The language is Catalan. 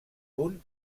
punt